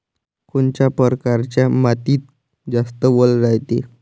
कोनच्या परकारच्या मातीत जास्त वल रायते?